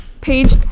page